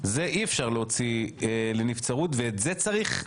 זה אי אפשר להוציא לנבצרות, ואת זה צריך למסגר?